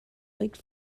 lake